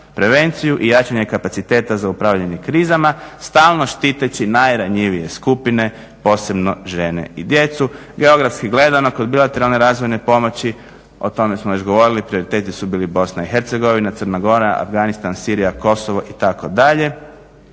prevenciju i jačanje kapaciteta za upravljanje krizama, stalno štiteći najranjivije skupine posebno žene i djecu. Geografski gledano kod bilateralne razvojne pomoći, o tome smo već govorili, prioriteti su bili BiH, Crna Gora, Afganistan, Sirija, Kosovo itd.